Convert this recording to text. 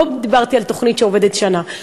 לא דיברתי על תוכנית שעובדת שנה,